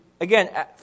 again